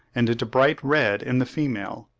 and into bright red in the female.